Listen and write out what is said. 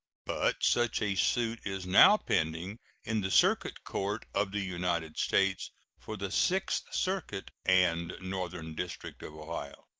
but such a suit is now pending in the circuit court of the united states for the sixth circuit and northern district of ohio.